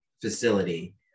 facility